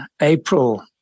April